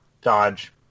dodge